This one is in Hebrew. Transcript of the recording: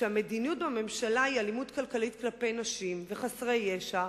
כשהמדיניות בממשלה היא אלימות כלכלית כלפי נשים וחסרי ישע,